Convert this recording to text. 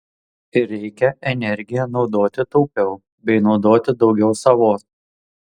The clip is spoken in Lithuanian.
ir reikia energiją naudoti taupiau bei naudoti daugiau savos